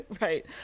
right